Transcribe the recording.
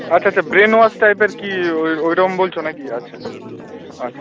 আচ্ছা আচ্ছা ব্রেনওয়াশ টাইপের কী ওই ওইরম বলছো না কি আচ্ছা